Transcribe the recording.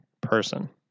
person